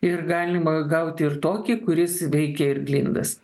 ir galima gauti ir tokį kuris veikia ir glindas